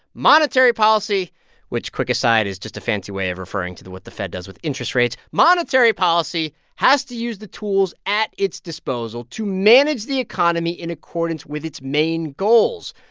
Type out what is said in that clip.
monetary policy which, quick aside, is just a fancy way of referring to the what the fed does with interest rates monetary policy has to use the tools at its disposal to manage the economy in accordance with its main goals.